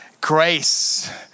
Grace